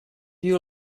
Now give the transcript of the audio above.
you